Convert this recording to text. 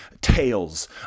tales